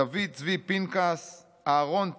דוד צבי פנקס, אהרן ציזלינג,